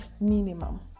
minimum